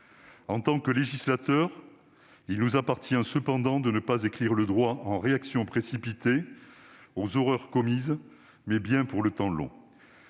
En tant que législateur, il nous appartient cependant d'écrire le droit non pas en réaction aux horreurs commises, mais bien pour le temps long.